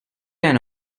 and